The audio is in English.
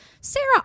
Sarah